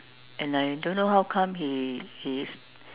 and I don't know how come he he